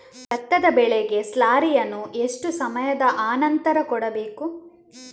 ಭತ್ತದ ಬೆಳೆಗೆ ಸ್ಲಾರಿಯನು ಎಷ್ಟು ಸಮಯದ ಆನಂತರ ಕೊಡಬೇಕು?